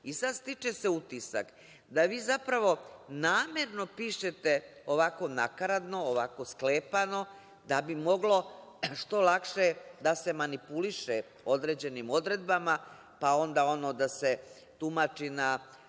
sad, stiče se utisak da vi zapravo namerno pišete ovako nakaradno, ovako sklepano, da bi moglo što lakše da se manipuliše određenim odredbama, pa onda ono da se tumači na